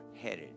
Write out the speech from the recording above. headed